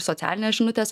socialinės žinutės